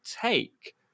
take